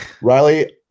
Riley